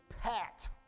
packed